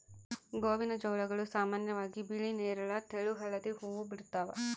ಗೋವಿನಜೋಳಗಳು ಸಾಮಾನ್ಯವಾಗಿ ಬಿಳಿ ನೇರಳ ತೆಳು ಹಳದಿ ಹೂವು ಬಿಡ್ತವ